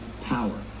power